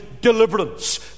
deliverance